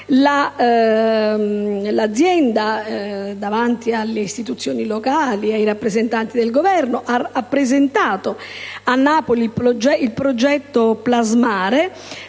l'azienda, davanti alle istituzioni locali e ai rappresentanti del Governo, ha presentato a Napoli il progetto «Plasmare»